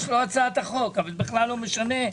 אבל בכלל לא משנה.